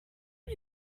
are